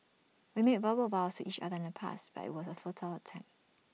we made verbal vows to each other in the past but IT was A futile attempt